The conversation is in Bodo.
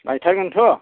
लायथारगोन थ'